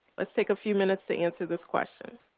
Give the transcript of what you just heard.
let's take a few minutes to answer this question.